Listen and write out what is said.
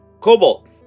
Cobalt